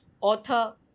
author